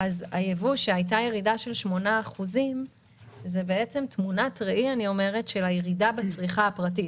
כשהייתה ירידה של 8% בייבוא זה בעצם תמונת ראי של הירידה בצריכה הפרטית.